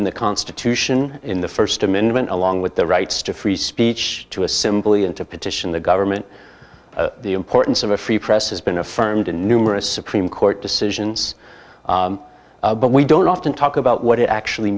in the constitution in the st amendment along with the rights to free speech to a simply and to petition the government the importance of a free press has been affirmed in numerous supreme court decisions but we don't often talk about what it actually